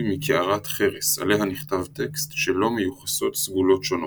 מקערת חרס עליה נכתב טקסט שלו מיוחסות סגולות שונות.